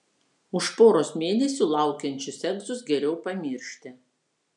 už poros mėnesių laukiančius egzus geriau pamiršti